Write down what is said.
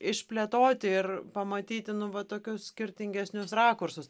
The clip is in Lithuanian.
išplėtoti ir pamatyti nu va tokius skirtingesnius rakursus